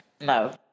no